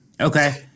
Okay